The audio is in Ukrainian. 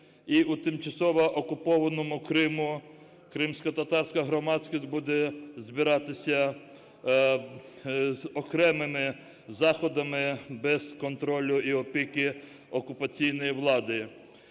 і у тимчасово окупованому Криму, кримськотатарська громадськість буде збиратися з окремими заходами, без контролю і опіки окупаційної влади.